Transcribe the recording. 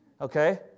Okay